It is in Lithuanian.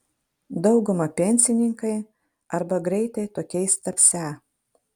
dauguma pensininkai arba greitai tokiais tapsią